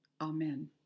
amen